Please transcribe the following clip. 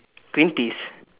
green peas